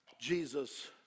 Jesus